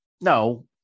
No